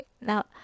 Now